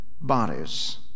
bodies